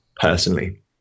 personally